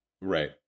Right